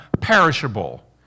perishable